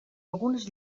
algunes